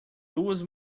duas